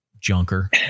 junker